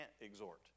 exhort